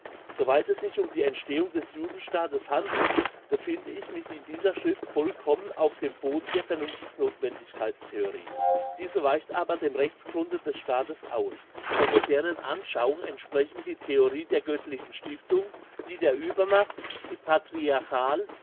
weit es sich um die entstehung des judenstaates handelt befinde ich mich in dieser schrift vollkommen auf dem boden der vernunftnothwendigkeits theorie diese weicht aber dem rechtsgrunde des staates aus der modernen anschauung entsprechen die theorie der göttlichen stiftung die der uebermacht die patriarchalpatrimonial